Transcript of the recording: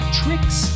tricks